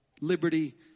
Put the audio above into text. liberty